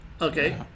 Okay